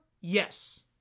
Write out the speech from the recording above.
Yes